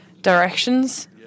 directions